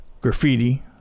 graffiti